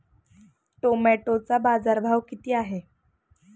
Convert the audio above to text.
टोमॅटोचा बाजारभाव किती आहे?